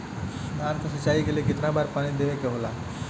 धान की सिंचाई के लिए कितना बार पानी देवल के होखेला?